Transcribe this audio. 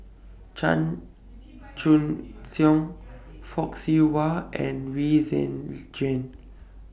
Chan Chun Song Fock Siew Wah and We Jane